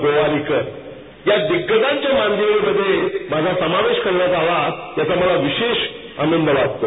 गोवारीकर या दिग्गजांच्या मांदियाळीमध्ये माझा समावेश करण्यात आला याचा मला विशेष आनंद वाटतो